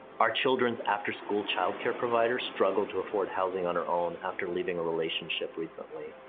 our children's afterschool childcare provider struggled to afford housing on her own after leaving a relationship recently.